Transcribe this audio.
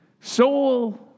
Soul